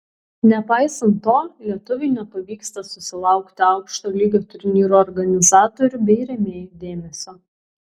nepaisant to lietuviui nepavyksta susilaukti aukšto lygio turnyrų organizatorių bei rėmėjų dėmesio